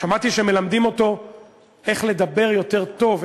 שמעתי שמלמדים אותו איך לדבר יותר טוב,